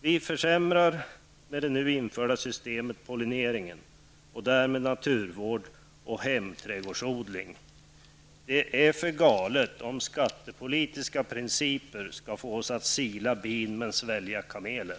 Vi försämrar med det nu införda systemet pollineringen och därmed naturvård och hemträdgårdsodling. Det är för galet om skattepolitiska principer skall få oss att sila bin men svälja kameler.